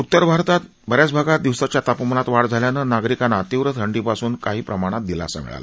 उत्तर भारतात बऱ्याच भागात दिवसाच्या तापमानात वाढ झाल्यानं नागरिकांना तीव्र थंडीपासून काही प्रमाणात दिलासा मिळाला